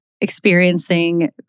experiencing